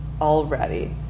already